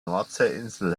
nordseeinsel